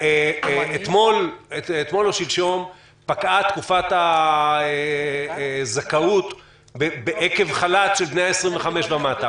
אתמול או שלשום פקעה תקופת הזכאות עקב חל"ת של בני ה-25 ומטה.